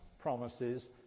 promises